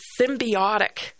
symbiotic